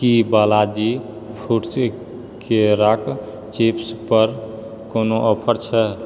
की Balaji Foods केराक chips पर कोनो ऑफर छै